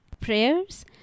Prayers